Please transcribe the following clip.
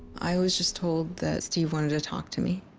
i was just told that steve wanted to talk to me.